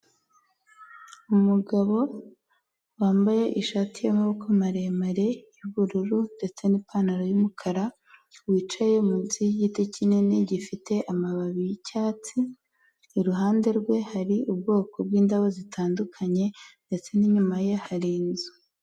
Umugabo wambaye ishati y'amaboko maremare y'ubururu ndetse n'ipantaro y'umukara, wicaye munsi y'igiti kinini gifite amababi y'icyatsi, iruhande rwe hari ubwoko bw'indabo zitandukanye ndetse n'inyuma ye hari inzu.